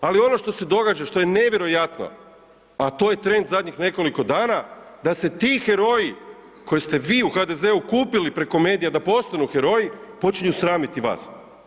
Ali ono što se događa, što je nevjerojatno, a to je trend zadnjih nekoliko dana da se ti heroji koje ste vi u HDZ-u kupili preko medija da postanu heroju, počinju sramiti vas.